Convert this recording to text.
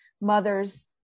mothers